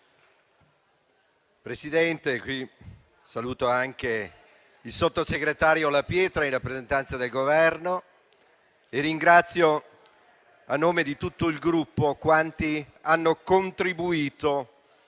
Presidente, saluto il sottosegretario La Pietra, in rappresentanza del Governo, e ringrazio a nome di tutto il Gruppo quanti hanno contribuito